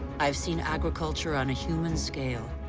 i have seen agriculture on a human scale.